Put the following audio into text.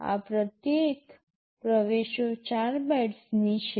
આ પ્રત્યેક પ્રવેશો ૪ બાઇટ્સની છે